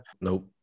Nope